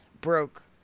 broke